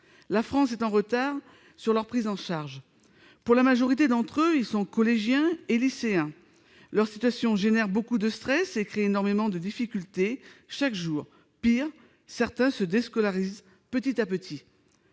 La France est en retard quant à leur prise en charge. La majorité d'entre eux est au collège ou au lycée. Leur situation génère beaucoup de stress et crée énormément de difficultés chaque jour. Pis, certains se déscolarisent petit à petit.